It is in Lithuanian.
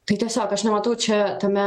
tai tiesiog aš nematau čia tame